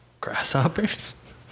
grasshoppers